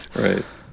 right